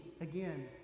again